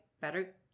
better